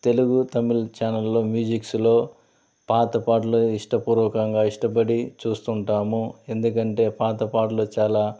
తెలుగు తమిళ్ ఛానెల్లో మ్యూజిక్స్లో పాత పాటలు ఇష్టపూర్వకంగా ఇష్టపడి చూస్తూ ఉంటాము ఎందుకంటే పాత పాటలు చాలా